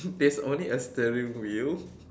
there's only a steering wheel